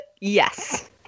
Yes